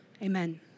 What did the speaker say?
Amen